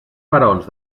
faraons